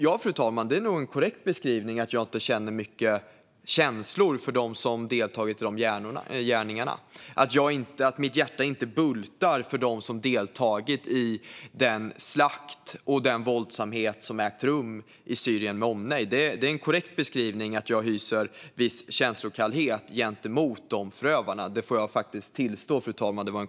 Ja, fru talman, det är nog en korrekt beskrivning att jag inte känner mycket känslor för dem som deltagit i dessa gärningar - att mitt hjärta inte bultar för dem som deltagit i den slakt och de våldsamheter som ägt rum i Syrien med omnejd. Det är en korrekt beskrivning av utrikesministern att jag hyser en viss känslokyla gentemot dessa förövare; det får jag tillstå, fru talman.